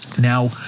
Now